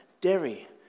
Derry